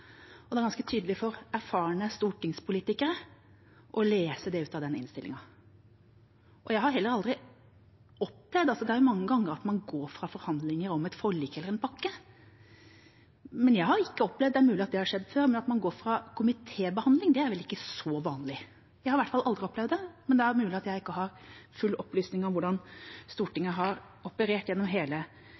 Og det er ganske tydelig for erfarne stortingspolitikere å lese det ut av innstillinga. Det er mange ganger man går fra forhandlinger om et forlik eller en pakke, men jeg har ikke opplevd – selv om det er mulig det har skjedd før – at man går fra en komitébehandling. Det er vel ikke så vanlig. Jeg har i hvert fall aldri opplevd det, men det er mulig jeg ikke har full opplysning om hvordan Stortinget har operert gjennom hele